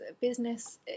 business